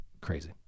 crazy